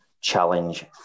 challenge